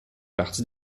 partie